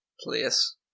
place